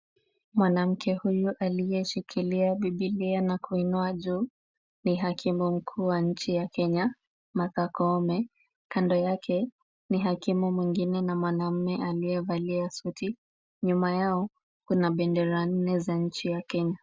Mwanamke huyu aliyeshikilia bibilia na kuinua juu ni hakimu mkuu wa nchi ya kenya Martha Koome. Kando yake ni hakimu mwingine na mwanaume aliyevalia suti. Nyuma yao kuna bendera nne za nchi ya kenya